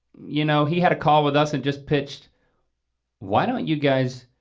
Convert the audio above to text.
you know, he had a call with us and just pitched why don't you guys,